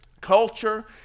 culture